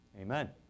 Amen